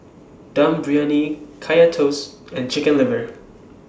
Dum Briyani Kaya Toast and Chicken Liver